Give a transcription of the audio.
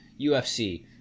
UFC